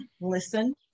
listen